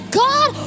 god